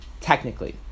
Technically